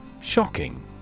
Shocking